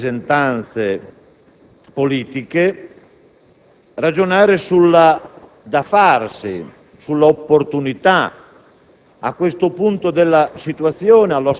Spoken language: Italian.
Penso sia utile ragionare, al di là dei richiami che il senatore Villone faceva ad atteggiamenti assunti dalle varie